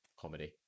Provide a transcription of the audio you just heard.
comedy